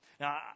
Now